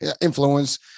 influence